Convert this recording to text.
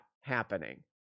happening